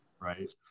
right